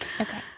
okay